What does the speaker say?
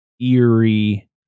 eerie